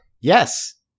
yes